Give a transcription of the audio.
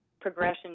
progression